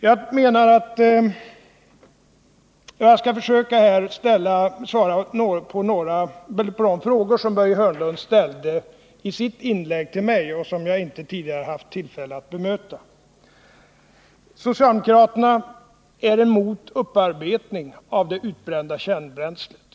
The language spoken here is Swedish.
Jag skall försöka svara på de frågor som Börje Hörnlund ställde i sitt inlägg till mig och som jag inte tidigare haft tillfälle att besvara. Socialdemokraterna är emot en upparbetning av det utbrända kärnbränslet.